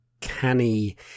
canny